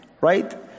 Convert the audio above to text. right